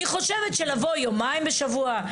אני חושבת שלבוא יומיים בשבוע,